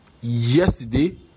yesterday